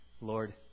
Lord